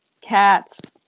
cats